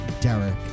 Derek